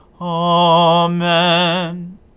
Amen